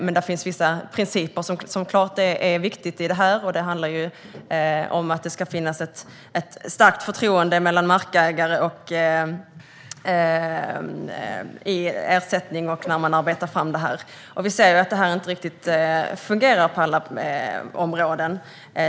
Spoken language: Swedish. Men det finns vissa principer som är viktiga i detta sammanhang. Det handlar om att det ska finnas ett stort förtroende för detta hos markägare när detta arbetas fram vad gäller ersättning. Vi ser att detta inte riktigt fungerar på alla områden.